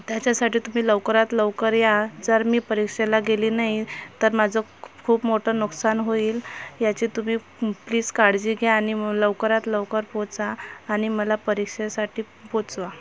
त्याच्यासाठी तुम्ही लवकरात लवकर या जर मी परीक्षेला गेली नाही तर माझं खूप मोठं नुकसान होईल याची तुम्ही प्लीज काळजी घ्या आणि लवकरात लवकर पोहोचा आणि मला परीक्षेसाठी पोहोचवा